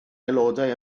aelodau